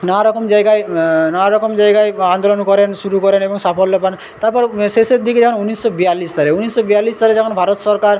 নানারকম জায়গায় নানারকম জায়গায় আন্দোলন করেন শুরু করেন এবং সাফল্য পান তারপর শেষের দিকে যখন ঊনিশশো বিয়াল্লিশ সালে ঊনিশশো বিয়াল্লিশ সালে যখন ভারত সরকার